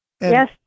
Yes